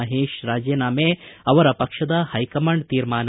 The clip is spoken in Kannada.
ಮಹೇಶ್ ರಾಜಿನಾಮೆ ಅವರ ಪಕ್ಷದ ಹೈಕಮಾಂಡ್ ತೀರ್ಮಾನ